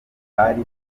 bari